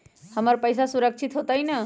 हमर पईसा सुरक्षित होतई न?